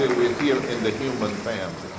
here in the human family.